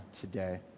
today